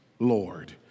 Lord